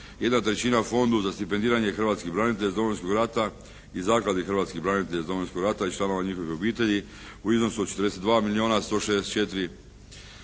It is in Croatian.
jedna trećina Fondu za stipendiranje hrvatskih branitelja iz Domovinskog rata i Zakladi hrvatskih branitelja iz Domovinskog rata i članova njihovih obitelji u iznosu od 42 milijuna 164